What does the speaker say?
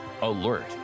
alert